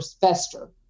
fester